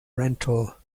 rental